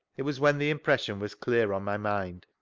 it was when the impression was clear on my mind.